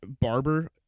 barber